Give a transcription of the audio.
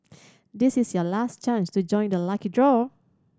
this is your last chance to join the lucky draw